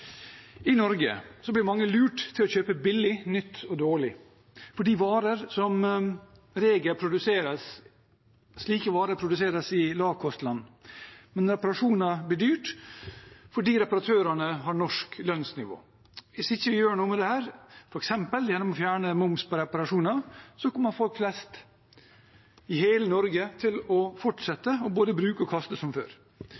i innstillingen. I Norge blir mange lurt til å kjøpe billig, nytt og dårlig. Slike varer produseres i lavkostland, men reparasjoner blir dyrt fordi reparatørene har norsk lønnsnivå. Hvis ikke vi gjør noe med dette, f.eks. gjennom å fjerne momsen på reparasjoner, kommer folk flest i hele Norge til å